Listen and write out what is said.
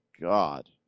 God